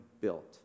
built